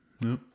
no